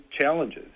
challenges